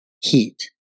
heat